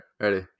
ready